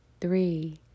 three